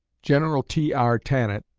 general t r. tannatt,